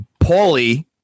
Paulie